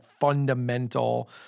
fundamental